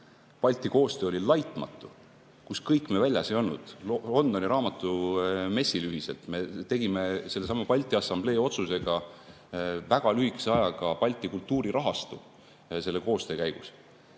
Balti koostöö oli laitmatu. Kus kõik me väljas ei olnud! Londoni raamatumessil olime ühiselt, me tegime sellesama Balti Assamblee otsusega väga lühikese ajaga Balti kultuurirahastu selle koostöö käigus.